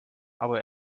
aber